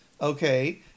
Okay